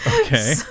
Okay